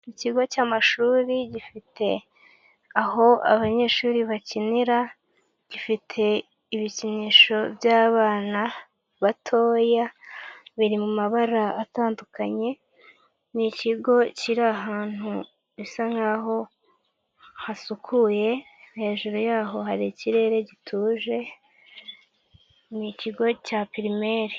Ikigo cy'amashuri gifite aho abanyeshuri bakinira; gifite ibikinisho by'abana batoya biri mu mabara atandukanye. Ni ikigo kiri ahantu bisa nkaho hasukuye, hejuru yaho hari ikirere gituje, ni ikigo cya Primary.